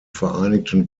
vereinigten